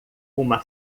uma